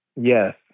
Yes